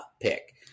pick